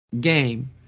game